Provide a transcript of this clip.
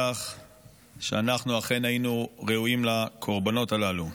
שאנחנו אכן היינו ראויים לקורבנות הללו.